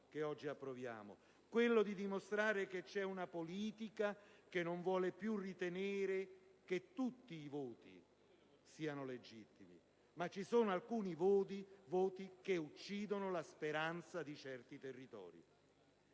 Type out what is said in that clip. che oggi approviamo: quello di dimostrare che c'è una politica che non vuole più ritenere che tutti i voti siano legittimi, ma che ci sono alcuni voti che uccidono la speranza di certi territori.